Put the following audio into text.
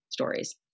Stories